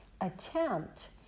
attempt